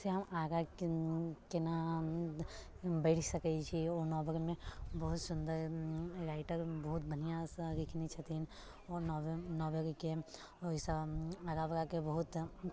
से हम आगाँ केना बढ़ि सकै छी ओ नोवलमे बहुत सुन्दर राइटर बहुत बढ़िऑं सँ लिखने छथिन ओ नोवल नोवलके ओहिसँ आगाॅंवला के लेल बहुत